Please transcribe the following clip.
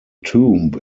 tomb